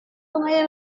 sungai